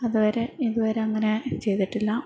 അതുവരെ ഇതുവരെ അങ്ങനെ ചെയ്തിട്ടില്ല